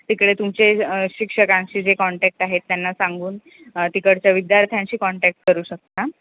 तिकडे तुमचे शिक्षकांचे जे कॉन्टॅक्ट आहेत त्यांना सांगून तिकडच्या विद्यार्थ्यांशी कॉन्टॅक्ट करू शकता